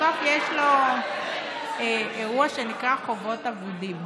בסוף יש לו אירוע שנקרא חובות אבודים.